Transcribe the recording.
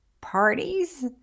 parties